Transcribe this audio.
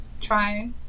try